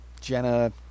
Jenna